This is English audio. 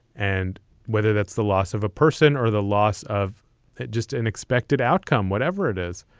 and whether that's the loss of a person or the loss of just an expected outcome, whatever it is.